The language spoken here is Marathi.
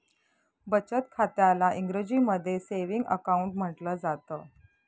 बचत खात्याला इंग्रजीमध्ये सेविंग अकाउंट म्हटलं जातं